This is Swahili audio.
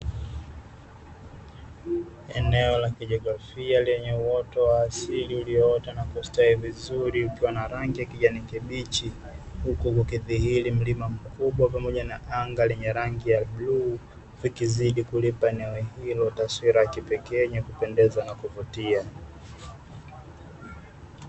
Eneo la kijografia lenye uoto wa asili na kustawi vizuri, ukiwa na rangi ya kijani kibichi, huku ukidhihiri mlima mkubwa pamoja na anga lenye rangi ya bluu, likizidi kulipa eneo hilo taswila ya kipekee yenye kupendeza na kuvutia .